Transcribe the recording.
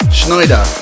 Schneider